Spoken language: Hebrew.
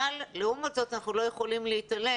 אבל לעומת זאת אנחנו לא יכולים להתעלם